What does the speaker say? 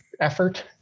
effort